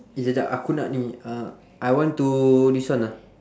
eh jap jap aku nak ni uh I want to this one ah